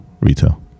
Retail